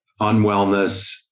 unwellness